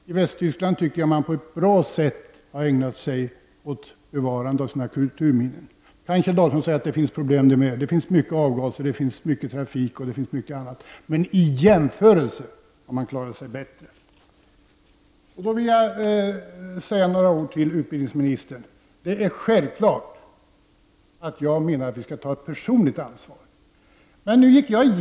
Jag tycker att man i Västtyskland på ett bra sätt har arbetat med bevarandet av kulturminnen. Kjell Dahlström säger att det finns problem där också. Ja, där är det mycket trafik, avgaser osv. Men man har jämförelsevis klarat sig bättre i Västtyskland. Så några ord till utbildningsministern. Självfallet menar jag att vi skall ta ett personligt ansvar.